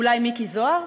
אולי מיקי זוהר?